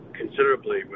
considerably